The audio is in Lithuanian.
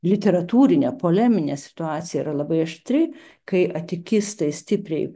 literatūrinė poleminė situacija yra labai aštri kai atikistai stipriai